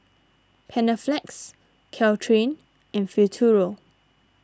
Panaflex Caltrate and Futuro